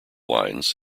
lines